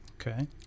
okay